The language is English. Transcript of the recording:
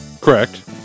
Correct